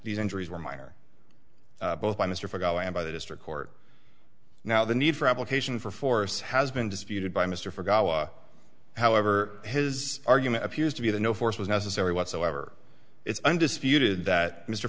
these injuries were minor both by mr forgotten by the district court now the need for application for force has been disputed by mr forgot however his argument appears to be the no force was necessary whatsoever it's undisputed that mr